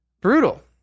Brutal